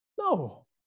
No